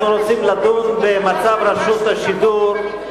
אנחנו רוצים לדון במצב רשות השידור,